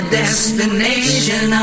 destination